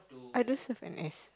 idols have an S